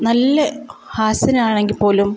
നല്ല ഹാസ്യനാണെങ്കിൽ പോലും